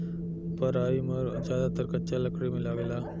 primer ज्यादातर कच्चा लकड़ी में लागेला